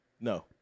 No